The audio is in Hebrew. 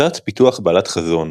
הצעת פיתוח בעלת חזון,